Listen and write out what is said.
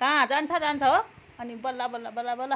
कहाँ जान्छ जान्छ हो अनि बल्ल बल्ल बल्ल बल्ल